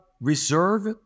reserve